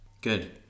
Good